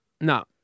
No